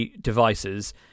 devices